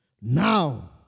Now